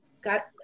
got